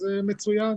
אז מצוין,